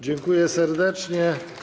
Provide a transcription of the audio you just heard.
Dziękuję serdecznie.